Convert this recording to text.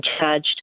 charged